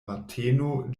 mateno